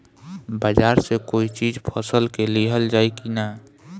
बाजार से कोई चीज फसल के लिहल जाई किना?